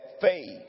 faith